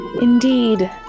Indeed